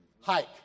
Hike